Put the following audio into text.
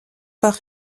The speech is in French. par